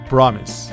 Promise